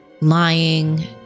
lying